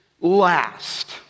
last